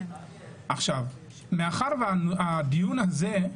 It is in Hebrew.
עכשיו, מאחר שהדיון הזה,